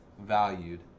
valued